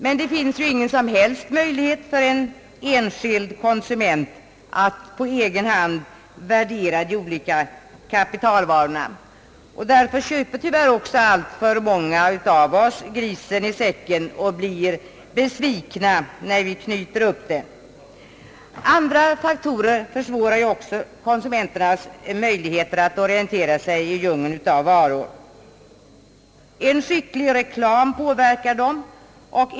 Men det finns små möjligheter för en enskild konsument att på egen hand värdera de olika kapitalvarorna. Därför köper tyvärr alltför många av oss grisen i säcken och blir besvikna när vi knyter upp den. Även många andra faktorer försämrar konsumenternas möjligheter att orientera sig i djungeln av varor. En skicklig reklam påverkar dem.